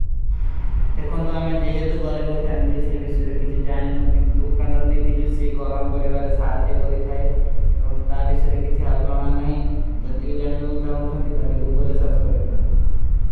ଇସଲିଏ ମେରେ ଅପ୍ପୋଟ କିଯା ଜିନା କରତା ହୈ। ଆପକୋ ଵ୍ଯାଖ୍ଯାନ କେ ଜିନା ନହୀଂ କରତା ହୈ। ଅପନେ ଅପନୀ ପ୍ରସ୍ଵାଦାର କୋ ବନା ଜାନା ଜାତୀ ହୈ। ଯହାଁ ଭୀ ନହୀଂ ତୋ କ୍ଯୋଂକି ଵୋ ଜାନା ଜାତା ହୈ।